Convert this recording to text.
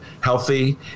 healthy